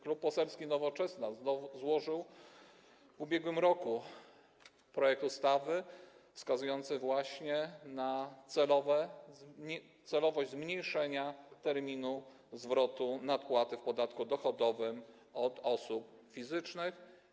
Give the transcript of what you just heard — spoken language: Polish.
Klub Poselski Nowoczesna złożył w ubiegłym roku projekt ustawy wskazujący właśnie na celowość skrócenia terminu zwrotu nadpłaty w podatku dochodowym od osób fizycznych.